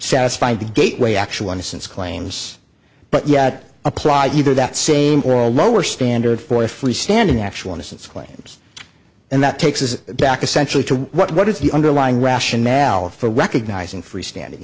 satisfy the gateway actual innocence claims but yet applied either that same or a lower standard for free standing actual innocence claims and that takes us back essentially to what is the underlying rationale for recognizing freestanding